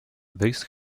this